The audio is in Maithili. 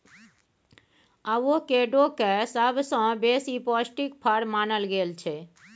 अबोकेडो केँ सबसँ बेसी पौष्टिक फर मानल गेल छै